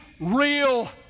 real